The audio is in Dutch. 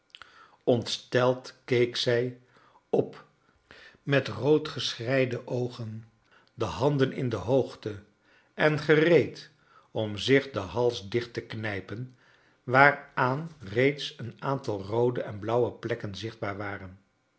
ontsteld keek zij op met rood geschreide oogen de handen in de hoogte en gereed om zich den hals dicht te knijpen waaraan reeds een aa ntal roode en blauwe plekken zichtbaar waren